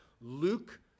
luke